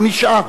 הוא נשאר.